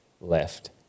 left